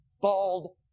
bald